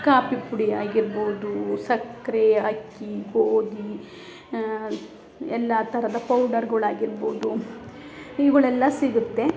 copy ಪುಡಿ ಆಗಿರ್ಬೋದು ಸಕ್ಕರೆ ಅಕ್ಕಿ ಗೋಧಿ ಎಲ್ಲ ಥರದ ಪೌಡರ್ಗಳ್ ಆಗಿರ್ಬೋದು ಇವುಗಳೆಲ್ಲ ಸಿಗುತ್ತೆ